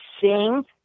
sing